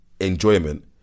enjoyment